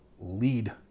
lead